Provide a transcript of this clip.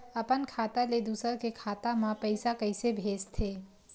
अपन खाता ले दुसर के खाता मा पईसा कइसे भेजथे?